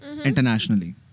Internationally